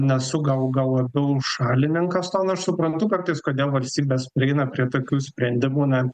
nesu gal gal labiau šalininkas to nors suprantu kartais kodėl valstybės prieina prie tokių sprendimų ne